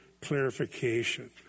clarification